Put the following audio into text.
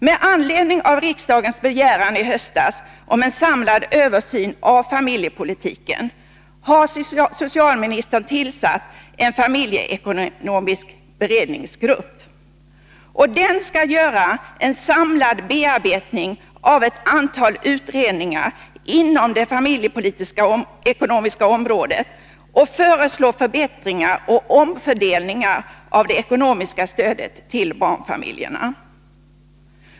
Med anledning av riksdagens begäran i höstas om en samlad översyn av familjepolitiken har socialministern tillsatt en familjeekonomisk beredningsgrupp. Den skall göra en samlad bearbetning av ett antal utredningar inom det familjeekonomiska området och föreslå förbättringar och omfördelningar av det ekonomiska stödet till barnfamiljerna.